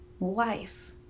life